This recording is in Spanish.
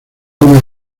unas